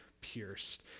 pierced